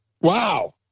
Wow